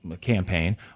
campaign